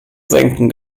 senken